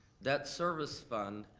debt service fund,